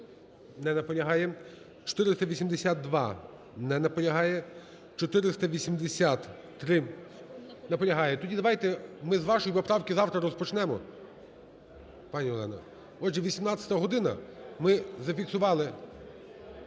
Не наполягає. 482. Не наполягає. 483. Наполягає. Тоді давайте ми з вашої поправки завтра розпочнемо. Пані Олено, отже 18:00 ми зафіксували